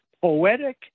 poetic